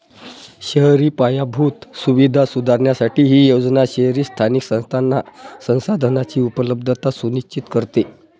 शहरी पायाभूत सुविधा सुधारण्यासाठी ही योजना शहरी स्थानिक संस्थांना संसाधनांची उपलब्धता सुनिश्चित करते